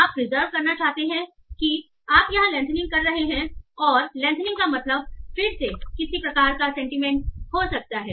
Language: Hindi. आप प्रीजर्व करना चाहते हैं कि आप यहां लेंथनिंग कर रहे हैं और लेंथनिंग का मतलब फिर से किसी प्रकार का सेंटीमेंट हो सकता है